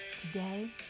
Today